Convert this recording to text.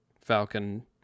Falcon